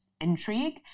intrigue